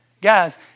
Guys